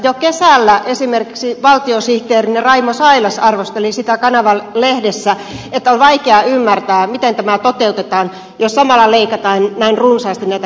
jo kesällä esimerkiksi valtiosihteerinne raimo sailas arvosteli sitä kanava lehdessä että on vaikea ymmärtää miten tämä toteutetaan jos samalla leikataan näin runsaasti näitä koulutuspaikkoja